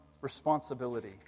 responsibility